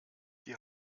die